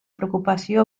preocupació